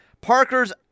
Parker's